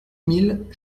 mille